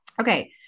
Okay